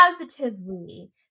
positively